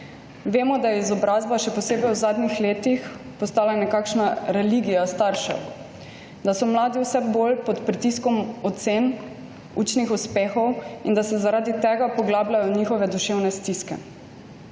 Vemo, da je izobrazba, še posebej v zadnjih letih, postala nekakšna religija staršev. Da so mladi vse bolj pod pritiskom ocen, učnih uspehov in da se zaradi tega poglabljajo njihove duševne stiske.